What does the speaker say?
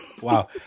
wow